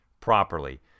properly